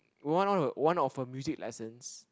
one of her one of her music lessons